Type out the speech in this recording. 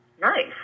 nice